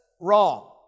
wrong